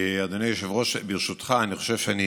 אדוני היושב-ראש, ברשותך, אני חושב שאני